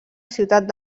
ciutat